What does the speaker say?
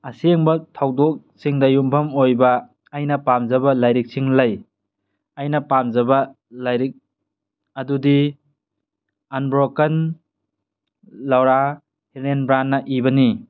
ꯑꯁꯦꯡꯕ ꯊꯧꯗꯣꯛꯁꯤꯡꯗ ꯌꯨꯝꯐꯝ ꯑꯣꯏꯕ ꯑꯩꯅ ꯄꯥꯝꯖꯕ ꯂꯥꯏꯔꯤꯛꯁꯤꯡ ꯂꯩ ꯑꯩꯅ ꯄꯥꯝꯖꯕ ꯂꯥꯏꯔꯤꯛ ꯑꯗꯨꯗꯤ ꯑꯟꯕ꯭ꯔꯣꯀꯟ ꯂꯧꯔꯥ ꯍꯦꯅꯦꯟꯕ꯭ꯔꯥꯟꯅ ꯏꯕꯅꯤ